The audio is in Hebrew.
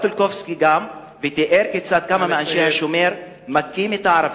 טולקובסקי כתב ותיאר גם כיצד כמה מאנשי "השומר" מכים את הערבים.